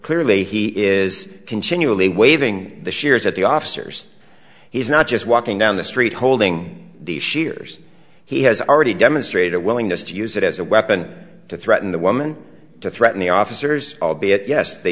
clearly he is continually waving the shares at the officers he's not just walking down the street holding the shears he has already demonstrated a willingness to use it as a weapon to threaten the woman to threaten the officers albeit yes they